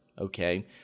Okay